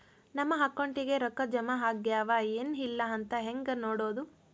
ನಮ್ಮ ಅಕೌಂಟಿಗೆ ರೊಕ್ಕ ಜಮಾ ಆಗ್ಯಾವ ಏನ್ ಇಲ್ಲ ಅಂತ ಹೆಂಗ್ ನೋಡೋದು?